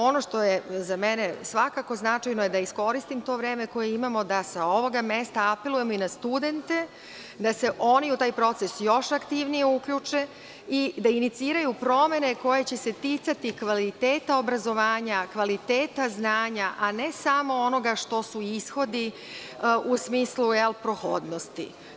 Ono što je za mene svakako značajno je da iskoristimo to vreme koje imamo, da sa ovoga mesta apelujemo i na studente, da se oni u taj proces još aktivnije uključe i da iniciraju promene koje će se ticati kvaliteta obrazova, kvaliteta znanja, a ne samo onoga što su ishodi u smislu prohodnosti.